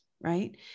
right